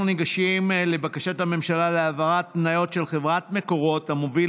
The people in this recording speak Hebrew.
אנחנו ניגשים לבקשת הממשלה להעברת מניות של חברת מקורות המוביל